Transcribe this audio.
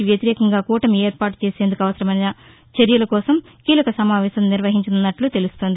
కి వ్యతిరేకంగా కూటమి ఏర్పాటు చేసేందుకు అవసరమైన చర్యలకోసం కీలక సమావేశం నిర్వహించనున్నట్లు తెలుస్తోంది